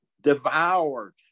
devoured